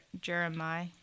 Jeremiah